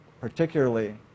particularly